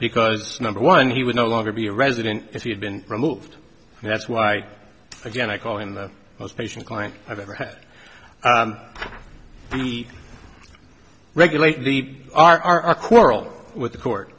because number one he would no longer be a resident if he had been removed and that's why again i call him the most patient client i've ever had we regulate leave our quarrel with the court